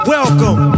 Welcome